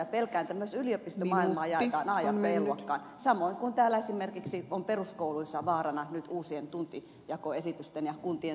ja pelkään että myös yliopistomaailma jaetaan a ja b luokkaan samoin kuin täällä peruskouluissa on vaarana nyt uusien tuntijakoesitysten ja kuntien talousahdingon myötä käydä